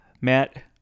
Matt